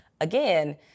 Again